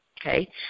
okay